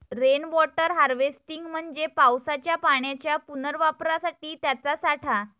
rain water harvesting म्हणजे पावसाच्या पाण्याच्या पुनर्वापरासाठी त्याचा साठा